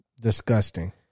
Disgusting